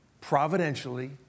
providentially